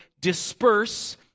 disperse